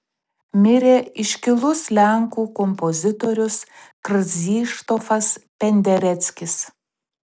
mirė iškilus lenkų kompozitorius krzyštofas pendereckis